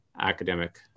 academic